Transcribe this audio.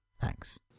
Thanks